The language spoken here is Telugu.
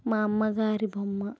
మా అమ్మగారి బొమ్మ